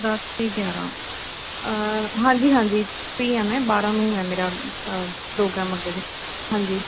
ਦਸ ਅਤੇ ਗਿਆਰਾਂ ਹਾਂਜੀ ਹਾਂਜੀ ਫ੍ਰੀ ਆ ਮੈਂ ਬਾਰਾਂ ਨੂੰ ਹੈ ਮੇਰਾ ਪ੍ਰੋਗਰਾਮ ਅੱਗੇ ਦਾ ਹਾਂਜੀ